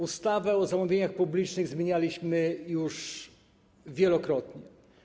Ustawę o zamówieniach publicznych zmienialiśmy już wielokrotnie.